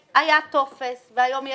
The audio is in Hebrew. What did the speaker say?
שהיה צריך להיות סעיף של כל הישיבה היום,